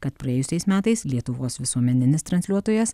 kad praėjusiais metais lietuvos visuomeninis transliuotojas